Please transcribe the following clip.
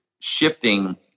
shifting